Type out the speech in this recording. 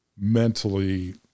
mentally